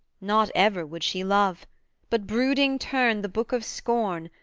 not ever would she love but brooding turn the book of scorn,